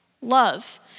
love